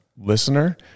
listener